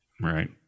Right